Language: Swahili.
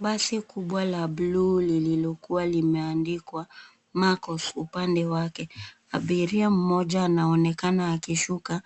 Basi kubwa la bluu lililokuwa limeandkiwa Macos upande wake. Abiria mmoja anaonekana akishuka